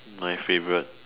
my favourite